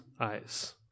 eyes